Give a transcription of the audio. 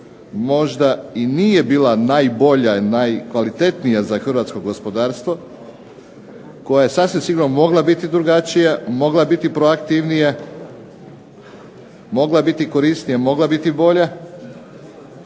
možda i nije bila najbolja i najkvalitetnija za hrvatsko gospodarstvo, koja je sasvim sigurno mogla biti drugačija, mogla biti proaktivnija, mogla biti korisnija, mogla biti bolja.